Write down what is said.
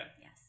Yes